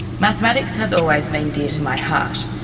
mathematics has always been dear to my heart,